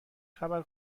خبر